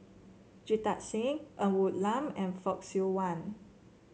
Jita Singh Ng Woon Lam and Fock Siew Wah